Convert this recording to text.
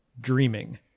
dreaming